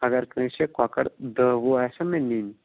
اگر کٲنٛسہِ کۄکَر دَہ وُہ آسن نا نِنۍ